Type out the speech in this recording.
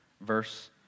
verse